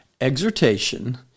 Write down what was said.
exhortation